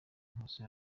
nkusi